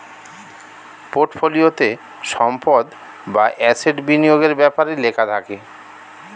পোর্টফোলিওতে সম্পদ বা অ্যাসেট বিনিয়োগের ব্যাপারে লেখা থাকে